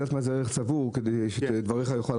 סגן שרת התחבורה והבטיחות בדרכים אורי